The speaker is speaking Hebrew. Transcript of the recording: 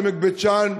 עמק בית-שאן,